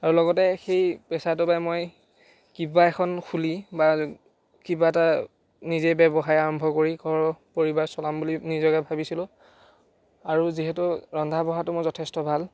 আৰু লগতে সেই পেচাটোকে মই কিবা এখন খুলি বা কিবা এটা নিজে ব্যৱসায় আৰম্ভ কৰি ঘৰ পৰিবাৰ চলাম বুলি নিজকে ভাবিছিলোঁ আৰু যিহেতু ৰন্ধা বঢ়াটো মোৰ যথেষ্ট ভাল